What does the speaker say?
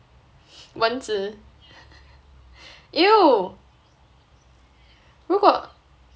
蚊子 !eww! 如果